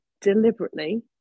deliberately